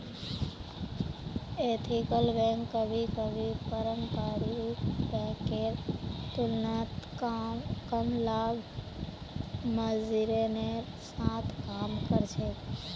ethical bank कभी कभी पारंपरिक बैंकेर तुलनात कम लाभ मार्जिनेर साथ काम कर छेक